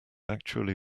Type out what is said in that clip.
actually